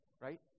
right